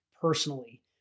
personally